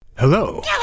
Hello